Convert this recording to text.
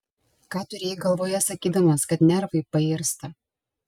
ką turėjai galvoje sakydamas kad nervai pairsta